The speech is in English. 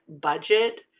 budget